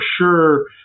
sure